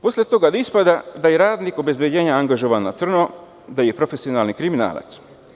Posle toga ispada da je radnik obezbeđenja angažovan na crno, da je profesionalni kriminalac.